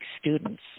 students